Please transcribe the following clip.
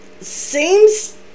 seems